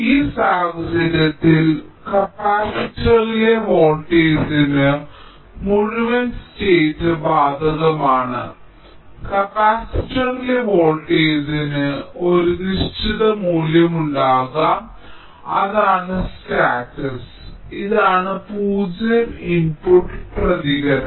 ഈ സാഹചര്യത്തിൽ കപ്പാസിറ്ററിലെ വോൾട്ടേജിന് മുഴുവൻ സ്റ്റേറ്റ് ബാധകമാണ് കപ്പാസിറ്ററിലെ വോൾട്ടേജിന് ഒരു നിശ്ചിത മൂല്യമുണ്ടാകാം അതാണ് സ്റ്റാറ്റസ് ഇതാണ് പൂജ്യം ഇൻപുട്ട് പ്രതികരണം